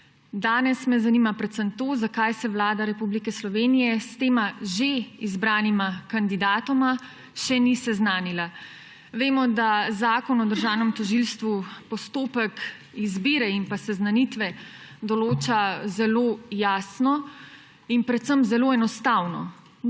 Danes me zanima predvsem to: Zakaj se Vlada Republike Slovenije s tema že izbranima kandidatoma še ni seznanila? Vemo, da Zakon o državnem tožilstvu postopek izbire in pa seznanitve določa zelo jasno in predvsem zelo enostavno.